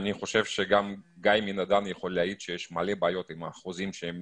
אני חושב שגם גיא יכול להעיד שיש מלא בעיות עם החוזים שהם